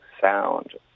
sound